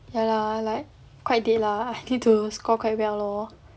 ya lah I'm like quite dead lah need to score quite well lor